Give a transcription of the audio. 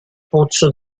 pozzo